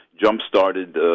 jump-started